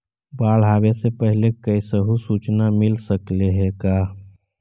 बाढ़ आवे से पहले कैसहु सुचना मिल सकले हे का?